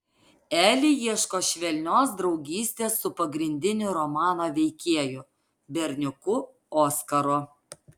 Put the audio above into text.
eli ieško švelnios draugystės su pagrindiniu romano veikėju berniuku oskaru